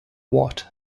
watt